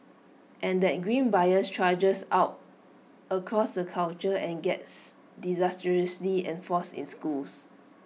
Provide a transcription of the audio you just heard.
and that grim bias trudges out across the culture and gets disastrously reinforced in schools